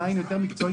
בעין יותר מקצועית,